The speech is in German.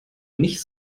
nicht